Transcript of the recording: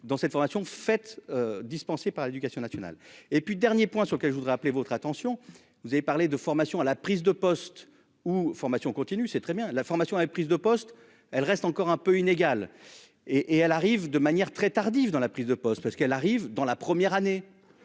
dans cette formation fait. Dispensés par l'éducation nationale. Et puis dernier point sur lequel je voudrais appeler votre attention, vous avez parlé de formation à la prise de poste ou formations continues c'est très bien. La formation est prise de poste, elle reste encore un peu inégal et et elles arrivent de manière très tardive dans la prise de poste parce qu'elle arrive dans la première année.